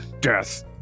death